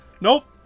Nope